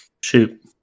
Shoot